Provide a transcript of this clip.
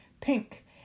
Pink